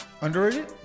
Underrated